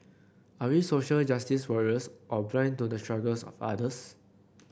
are we social justice warriors or blind to the struggles of others